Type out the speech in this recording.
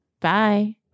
Bye